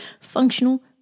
functional